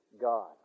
God